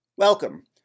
Welcome